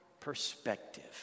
perspective